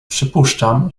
przypuszczam